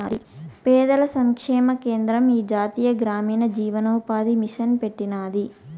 పేదల సంక్షేమ కేంద్రం ఈ జాతీయ గ్రామీణ జీవనోపాది మిసన్ పెట్టినాది